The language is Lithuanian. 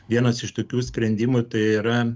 vienas iš tokių sprendimų tai yra